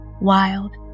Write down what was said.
Wild